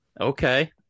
Okay